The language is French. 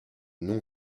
nom